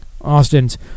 Austin's